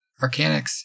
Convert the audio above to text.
Arcanics